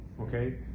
Okay